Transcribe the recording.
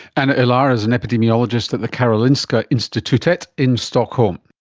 anna ilar is an epidemiologist at the karolinska institutet in stockholm